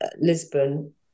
Lisbon